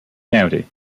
county